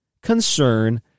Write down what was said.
Concern